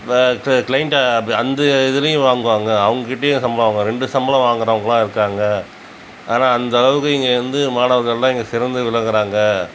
இதை க்ள கிளைன்ட்டை அப் அந்த இதுலேயும் வாங்குவாங்க அவங்கிட்டியும் சம்பளம் வாங்வா ரெண்டு சம்பளம் வாங்குறவங்கலாம் இருக்காங்க ஆனால் அந்த அளவுக்கு இங்கேருந்து மாணவர்கள்லாம் இங்கே சிறந்து விளங்குகிறாங்க